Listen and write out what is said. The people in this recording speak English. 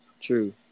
true